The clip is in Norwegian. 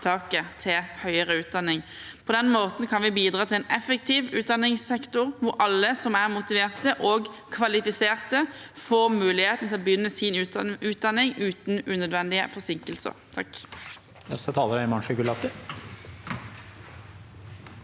til høyere utdanning. På den måten kan vi bidra til en effektiv utdanningssektor hvor alle som er motiverte og kvalifiserte, får muligheten til å begynne sin utdanning uten unødvendige forsinkelser.